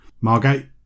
Margate